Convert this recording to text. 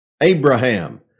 Abraham